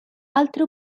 altre